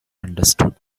understood